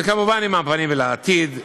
וכמובן עם הפנים לעתיד,